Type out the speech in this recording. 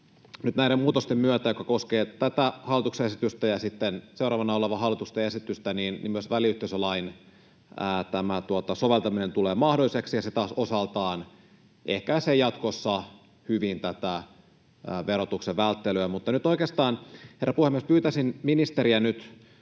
näiden muutosten myötä, jotka koskevat tätä hallituksen esitystä ja sitten seuraavana olevaa hallituksen esitystä, myös väliyhteisölain soveltaminen tulee mahdolliseksi, ja se taas osaltaan ehkäisee jatkossa hyvin tätä verotuksen välttelyä. Nyt oikeastaan, herra puhemies, kun tässä kuitenkin